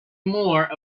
more